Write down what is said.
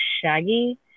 shaggy